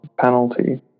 penalty